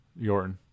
Yorton